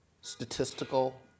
statistical